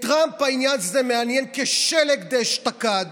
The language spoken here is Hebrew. את טראמפ העניין הזה מעניין כשלג דאשתקד,